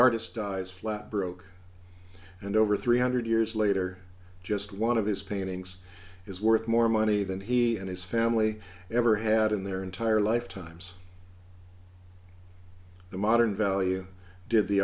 artist dies flat broke and over three hundred years later just one of his paintings is worth more money than he and his family ever had in their entire lifetimes the modern value did the